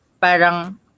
parang